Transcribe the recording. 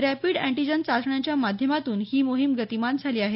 rapid antigen चाचण्यांच्या माध्यमातून ही मोहीम गतिमान झाली आहे